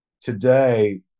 today